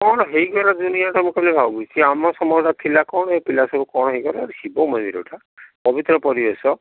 କ'ଣ ହେଇଗଲା ଦୁନିଆଟା ମୁଁ ଖାଲି ଭାବୁଛି ସେ ଆମ ସମୟରେ ଥିଲା କ'ଣ ଏବେ ପିଲା ସବୁ କ'ଣ ହେଇଗଲେଣି ଶିବ ମନ୍ଦିରଟା ପବିତ୍ର ପରିବେଶ